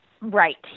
Right